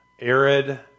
arid